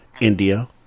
india